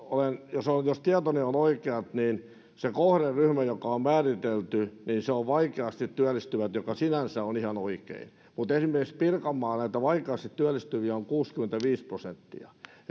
jos tietoni ovat oikeat se kohderyhmä joka on määritelty on vaikeasti työllistyvät mikä sinänsä on ihan oikein mutta esimerkiksi pirkanmaalla näitä vaikeasti työllistyviä on kuusikymmentäviisi prosenttia